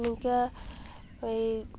ᱱᱤᱝᱠᱟ ᱩᱭ